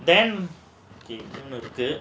then okay good